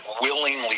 willingly